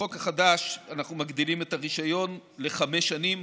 בחוק החדש אנחנו מגדילים את הרישיון לחמש שנים,